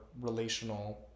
relational